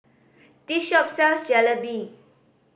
this shop sells Jalebi